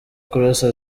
kurasa